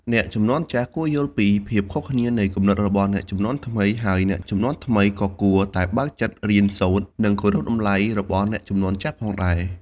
អ្នកជំនាន់ចាស់គួរយល់ពីភាពខុសគ្នានៃគំនិតរបស់អ្នកជំនាន់ថ្មី ហើយអ្នកជំនាន់ថ្មីក៏គួរតែបើកចិត្តរៀនសូត្រ និងគោរពតម្លៃរបស់អ្នកជំនាន់ចាស់ផងដែរ។